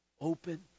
open